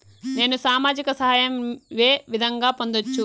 నేను సామాజిక సహాయం వే విధంగా పొందొచ్చు?